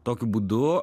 tokiu būdu